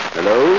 Hello